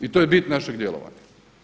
I to je bit našeg djelovanja.